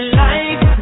life